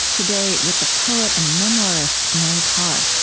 today, with the poet and memoirist, mary karr